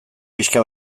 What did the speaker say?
pixka